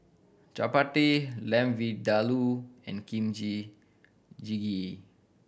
Chapati Lamb Vindaloo and Kimchi Jjigae